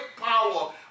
power